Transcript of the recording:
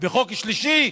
וחוק שלישי,